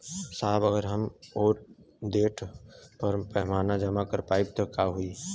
साहब अगर हम ओ देट पर पैसाना जमा कर पाइब त का होइ?